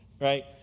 right